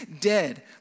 dead